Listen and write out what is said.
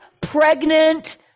pregnant